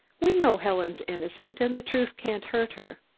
we know helen's innocent and the truth can't hurt her.